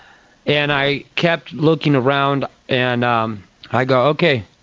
and i kept looking around and um i go, okay,